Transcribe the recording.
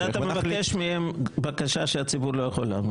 אתה מבקש מהם בקשה שהציבור לא יכול לעמוד בה.